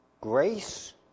grace